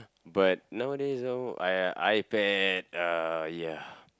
but nowadays ah !aiya! iPad ah ya